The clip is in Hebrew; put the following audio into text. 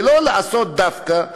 ולא לעשות דווקא,